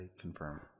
confirm